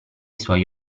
suoi